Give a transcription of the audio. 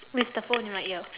with the phone in my ear